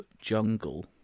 Jungle